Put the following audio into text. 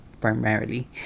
primarily